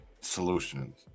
solutions